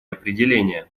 определения